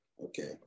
Okay